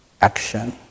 action